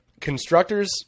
constructors